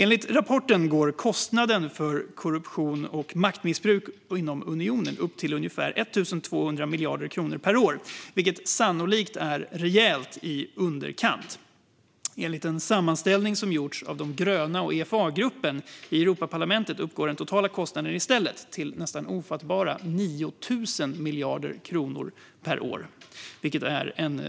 Enligt rapporten uppgår kostnaden för korruption och maktmissbruk inom unionen till ungefär 1 200 miljarder kronor per år, vilket sannolikt är rejält i underkant. Enligt en sammanställning som gjorts av De gröna/EFA-gruppen i Europaparlamentet uppgår den totala kostnaden i stället till nästan ofattbara 9 000 miljarder kronor per år, vilket är en